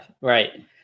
right